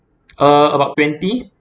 uh about twenty